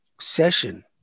session